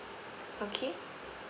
okay